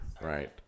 right